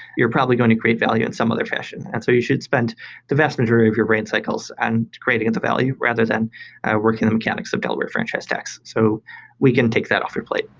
you're probably going to create value in some other fashion. and so you should spend the vast majority of your brain cycles and to creating into value rather than working the mechanics of delaware franchise tax. so we can take that off your plate.